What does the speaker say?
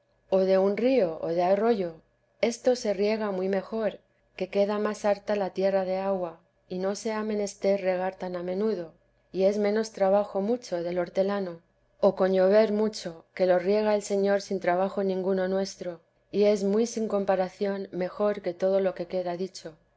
o de un río o de arroyo esto se riega muy mejor que queda más harta la tierra de agua y no se ha menester regar tan a menudo y es menos trabajo mucho del hortelano o con llover mucho que lo riega el señor sin trabajo ninguno nuestro y es muy sin comparación mejor que todo lo que queda dicho